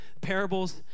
Parables